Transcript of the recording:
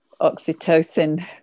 oxytocin